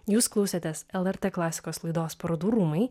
jūs klausėtės lrt klasikos laidos parodų rūmai